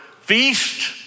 feast